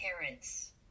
parents